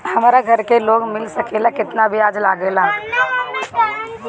हमरा घर के लोन मिल सकेला केतना ब्याज लागेला?